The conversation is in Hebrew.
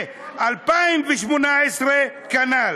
ב-2018 כנ"ל.